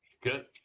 good